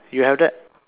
you have that